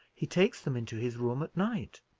he takes them into his room at night.